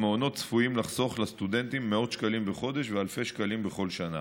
המעונות צפויים לחסוך לסטודנטים מאות שקלים בחודש ואלפי שקלים בכל שנה,